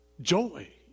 Joy